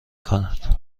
کند